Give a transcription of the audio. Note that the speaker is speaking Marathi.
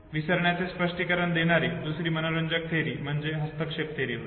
विसरण्याचे स्पष्टीकरण देणारी दुसरी मनोरंजक थेअरी म्हणजे हस्तक्षेप थेअरी होय